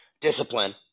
discipline